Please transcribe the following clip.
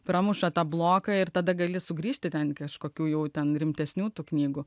pramuša tą bloką ir tada gali sugrįžti ten kažkokių jau ten rimtesnių tų knygų